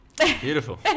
beautiful